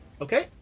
Okay